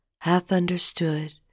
half-understood